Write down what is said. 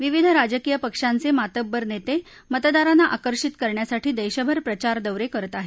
विविध राजकीय पक्षांचे मातब्बर नेते मतदारांना आकर्षित करण्यासाठी देशभर प्रचार दौरे करत आहेत